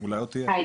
אני